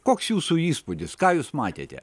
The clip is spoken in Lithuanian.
koks jūsų įspūdis ką jūs matėte